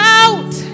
out